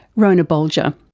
rhona bolger.